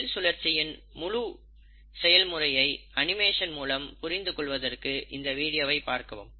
செல் சுழற்சியின் முழு செயல்முறையை அனிமேஷன் மூலம் புரிந்து கொள்வதற்கு இந்த வீடியோவை பார்க்கவும்